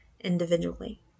individually